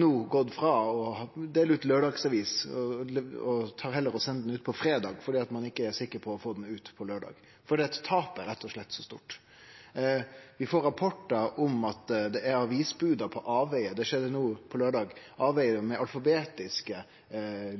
no gått frå å dele ut laurdagsavis til å sende ho ut på fredag, for ein er ikkje sikker på å få ho ut på laurdag. Tapet blir rett og slett så stort. Vi får rapportar om at det er avisbod på avvegar med alfabetiske